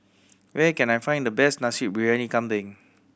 where can I find the best Nasi Briyani Kambing